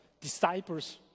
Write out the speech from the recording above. disciples